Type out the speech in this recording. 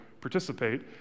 participate